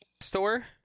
store